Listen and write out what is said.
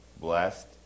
blessed